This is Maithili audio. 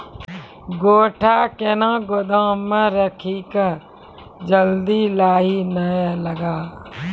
गोटा कैनो गोदाम मे रखी की जल्दी लाही नए लगा?